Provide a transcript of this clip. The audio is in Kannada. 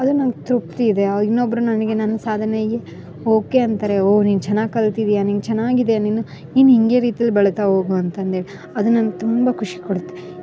ಅದು ನನ್ಗ ತೃಪ್ತಿ ಇದೆ ಇನ್ನೊಬ್ಬರು ನನಗೆ ನನ್ನ ಸಾಧನೆಗೆ ಓಕೆ ಅಂತಾರೆ ಓ ನೀನು ಚೆನ್ನಾಗಿ ಕಲ್ತಿದಿಯ ನಿಂಗ ಚೆನ್ನಾಗಿದೆ ನೀನು ನೀನು ಹಿಂಗೆ ರೀತಿಲಿ ಬೆಳೆತ ಹೋಗು ಅಂತಂದೇಳಿ ಅದು ನನ್ಗ ತುಂಬ ಖುಷಿ ಕೊಡುತ್ತೆ